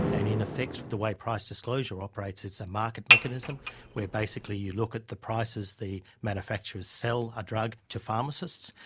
and in effect the way price disclosure operates is a market mechanism where basically you look at the prices the manufacturers sell a drug to pharmacists.